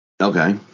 Okay